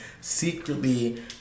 secretly